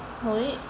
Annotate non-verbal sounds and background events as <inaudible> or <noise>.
<noise>